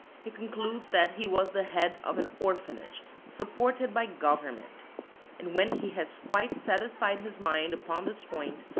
he concludes that he was the head of an orphanage supported by government and when he has quite satisfied his mind upon this point,